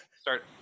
start